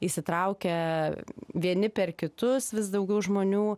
įsitraukia vieni per kitus vis daugiau žmonių